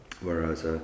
whereas